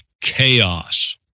chaos